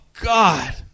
God